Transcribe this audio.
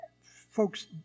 folks